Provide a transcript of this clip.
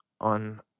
on